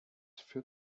für